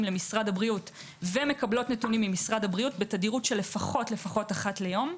למשרד הביראות ומקבלות נתונים ממשרד הבריאות בתדירות של לפחות אחת ליום.